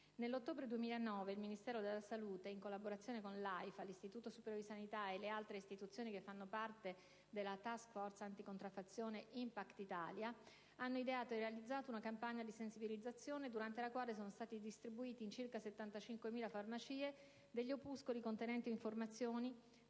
di ottobre 2009 il Ministero della salute, in collaborazione con l'AIFA, l'Istituto superiore di sanità e le altre istituzioni che fanno parte della *task force* anticontraffazione Impact Italia, hanno ideato e realizzato una campagna di sensibilizzazione durante la quale sono stati distribuiti in circa 75.000 farmacie degli opuscoli contenenti informazioni